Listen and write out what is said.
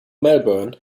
melbourne